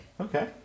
Okay